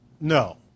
No